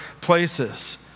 places